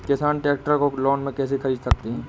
किसान ट्रैक्टर को लोन में कैसे ख़रीद सकता है?